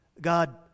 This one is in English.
God